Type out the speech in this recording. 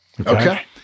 Okay